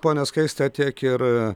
ponia skaiste tiek ir